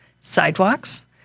sidewalks